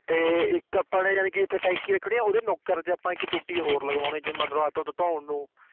ਅਤੇ ਇੱਕ ਆਪਾਂ ਨੇ ਜਾਣੀ ਕਿ ਜਿੱਥੇ ਟੈਂਕੀ ਰੱਖਣੀ ਉਹਦੇ ਨੁੱਕਰ 'ਚ ਆਪਾਂ ਇੱਕ ਟੁੱਟੀ ਹੋਰ ਲਗਾਉਣੀ ਜੇ ਮੰਨ ਲਉ ਹੱਥ ਹੁੱਥ ਧੋਣ ਨੂੰ